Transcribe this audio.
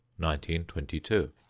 1922